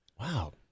Wow